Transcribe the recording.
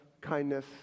kindness